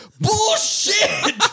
bullshit